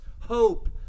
hope